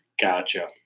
Gotcha